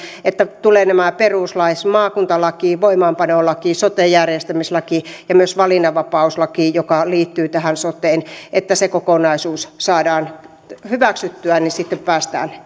että tulevat nämä peruslait maakuntalaki voimaanpanolaki sote järjestämislaki ja myös valinnanvapauslaki joka liittyy tähän soteen että se kokonaisuus saadaan hyväksyttyä ja sitten päästään